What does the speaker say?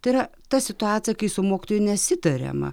tai yra ta situacija kai su mokytoju nesitariama